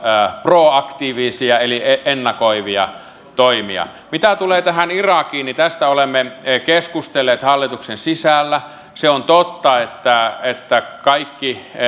proaktiivisia eli ennakoivia toimia mitä tulee tähän irakiin niin tästä olemme keskustelleet hallituksen sisällä se on totta että että kaikki